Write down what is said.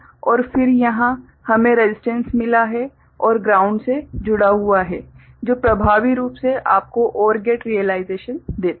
और फिर यहां हमें रसिस्टेंस मिला है और ग्राउंड से जुड़ा हुआ है जो प्रभावी रूप से आपको OR गेट रीयलाइजेशन देता है